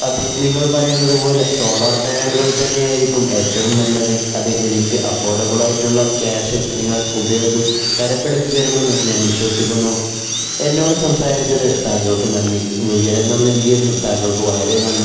അത് നിങ്ങൾ പറയുന്നത് പോലെ സോളാർ പാനലുകൾ തന്നെ ആയിരിക്കും ഏറ്റവും നല്ലത് അത് എനിക്ക് അഫോർഡബിൾ ആയിട്ടുള്ള ക്യാഷിൽ നിങ്ങൾ ഉപയോഗി തരപ്പെടുത്തി തരുമെന്ന് ഞാൻ വിശ്വസിക്കുന്നു എന്നോട് സംസാരിച്ചത് താങ്കൾക്ക് നന്ദി വിവരങ്ങൾ നൽകിയതിനും താങ്കൾക്ക് വളരെ നന്ദി